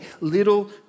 little